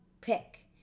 pick